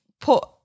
put